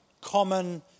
common